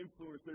influencers